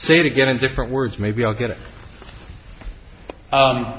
say it again in different words maybe i'll get